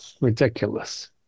ridiculous